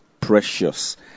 precious